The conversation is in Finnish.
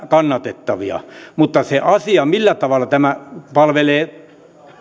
kannatettavia mutta se asia millä tavalla tämä palvelee